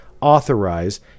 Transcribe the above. authorize